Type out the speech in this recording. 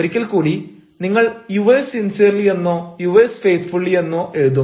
ഒരിക്കൽ കൂടി നിങ്ങൾ യുവേഴ്സ് സിൻസിയർലി എന്നോ യുവേഴ്സ് ഫെയ്ത്ഫുള്ളി എന്നോ എഴുതും